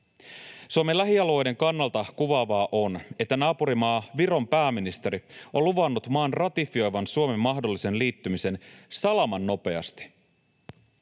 Suomen lähialueiden kannalta kuvaavaa on, että naapurimaa Viron pääministeri on luvannut maan ratifioivan Suomen mahdollisen liittymisen ”salamannopeasti”.